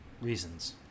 reasons